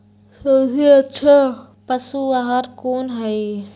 सबसे अच्छा पशु आहार कोन हई?